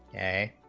a